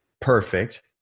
perfect